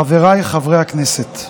חבריי חברי הכנסת,